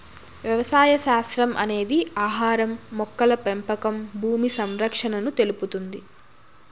వ్యవసాయ శాస్త్రం అనేది ఆహారం, మొక్కల పెంపకం భూమి సంరక్షణను తెలుపుతుంది